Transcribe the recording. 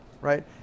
right